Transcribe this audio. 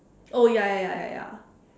oh ya ya ya ya ya